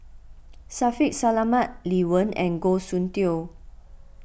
Shaffiq Selamat Lee Wen and Goh Soon Tioe